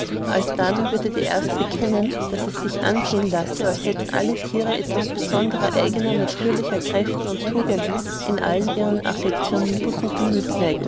alsdann würdet ihr erst bekennen daß es sich ansehen lasse als hätten alle tiere etwas besonderer eigener natürlicher kräften und tugenden in allen ihren affectionibus und